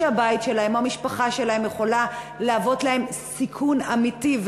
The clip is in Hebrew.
הבית שלהם או המשפחה שלהם יכולים להוות להם סיכון אמיתי.